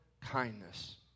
kindness